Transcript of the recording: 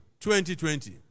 2020